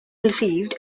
received